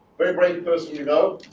very brave person you know